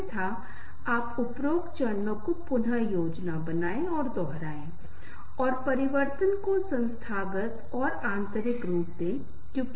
हाँ अगर मुझे कोई समस्या हो रही है तो मैं कहाँ जाऊँगा मैं उस व्यक्ति के पास जाऊँगा जो मेरी मदद कर सकता है जो मेरा मार्गदर्शन कर सकता है जो मुझे सुझाव दे सकता है जो कुछ समाधान खोज सकता है